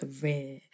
career